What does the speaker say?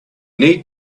need